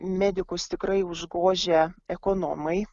medikus tikrai užgožia ekonomai